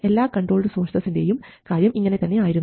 എല്ലാ കൺട്രോൾഡ് സോഴ്സസിൻറെയും കാര്യം ഇങ്ങനെ തന്നെ ആയിരുന്നു